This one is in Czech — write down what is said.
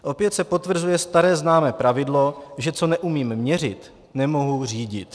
Opět se potvrzuje staré známé pravidlo, že co neumím měřit, nemohu řídit.